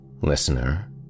listener